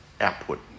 output